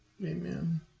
Amen